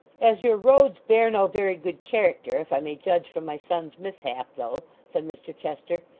as your roads bear no very good character, if i may judge from my son's mishap, though said mr chester,